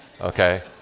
Okay